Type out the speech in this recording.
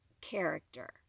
character